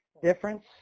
difference